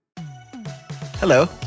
Hello